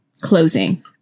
closing